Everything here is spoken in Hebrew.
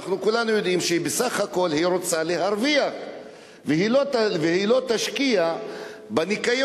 כולנו יודעים שהיא בסך הכול רוצה להרוויח והיא לא תשקיע בניקיון